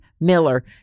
Miller